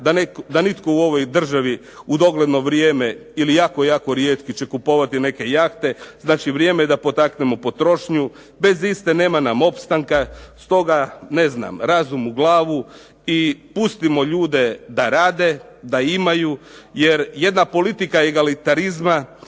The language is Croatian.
da nitko u ovoj državi u dogledno vrijeme ili jako, jako rijetki će kupovati neke jahte. Znači vrijeme je da potaknemo potrošnju, bez iste nema nam opstanka. Stoga ne znam, razum u glavu i pustimo ljude da rade, da imaju jer jedna politika egalitarizma